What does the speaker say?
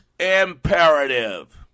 imperative